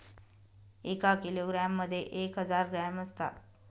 एका किलोग्रॅम मध्ये एक हजार ग्रॅम असतात